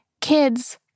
Kids